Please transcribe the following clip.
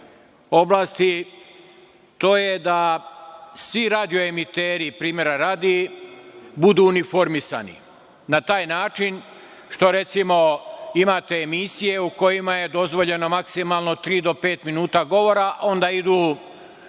oblasti, to je da svi radio emiteri, primera radi, budu uniformisani na taj način što, recimo, imate emisije u kojima je dozvoljeno maksimalno tri do pet minuta govora, a onda idu